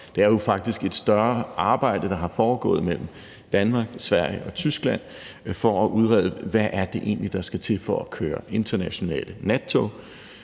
Det er jo faktisk et større arbejde, der har foregået mellem Danmark, Sverige og Tyskland for at udrede, hvad det egentlig er, der skal til for at køre internationalt nattog.